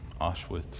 Auschwitz